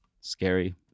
scary